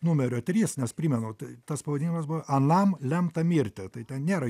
numerio trys nes primenu tai tas pavadinimas buvo anam lemta mirti tai ten nėra